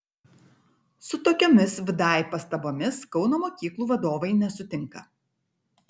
su tokiomis vdai pastabomis kauno mokyklų vadovai nesutinka